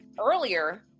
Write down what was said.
earlier